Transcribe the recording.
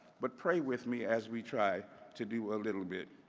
but pray with me as we try to do a little bit.